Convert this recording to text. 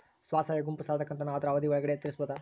ಸ್ವಸಹಾಯ ಗುಂಪು ಸಾಲದ ಕಂತನ್ನ ಆದ್ರ ಅವಧಿ ಒಳ್ಗಡೆ ತೇರಿಸಬೋದ?